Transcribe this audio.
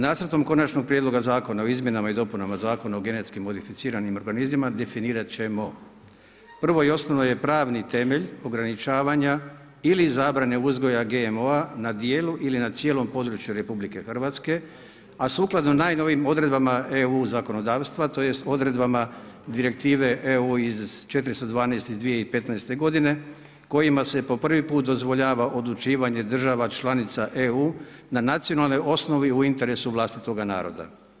Nacrtom Konačnog prijedloga zakona o izmjenama i dopunama Zakona o genetski modificiranim organizmima definirat ćemo, prvo i osnovno je pravni temelj ograničavanja ili zabrane uzgoja GMO-a na djelu ili na cijelom području RH a sukladno najnovijim odredbama EU zakonodavstva, tj. odredbama Direktive EU 412/2015 kojima se po prvi put dozvoljava odlučivanje država članica EU na nacionalnoj osnovi u interesu vlastitoga naroda.